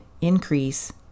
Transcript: increase